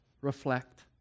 reflect